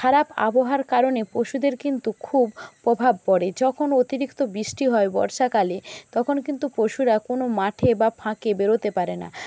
খারাপ আবহাওয়ার কারণে পশুদের কিন্তু খুব প্রভাব পড়ে যখন অতিরিক্ত বৃষ্টি হয় বর্ষাকালে তখন কিন্তু পশুরা কোনো মাঠে বা ফাঁকে বেরোতে পারে না